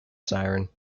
siren